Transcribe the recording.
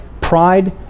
pride